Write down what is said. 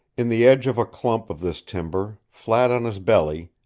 in the edge of a clump of this timber, flat on his belly,